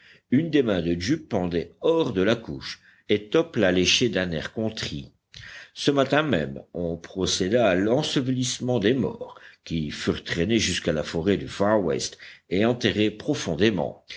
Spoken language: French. une des mains de jup pendait hors de la couche et top la léchait d'un air contrit ce matin même on procéda à l'ensevelissement des morts qui furent traînés jusqu'à la forêt du far west et enterrés profondément